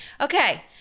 Okay